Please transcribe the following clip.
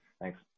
Thanks